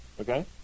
Okay